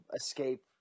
escape